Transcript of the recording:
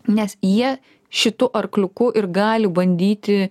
nes jie šitu arkliuku ir gali bandyti